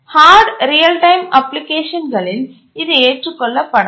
hard real time அப்ளிகேஷன்களில் இது ஏற்றுக்கொள்ளப்படாது